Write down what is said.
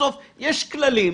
בסוף יש כללים.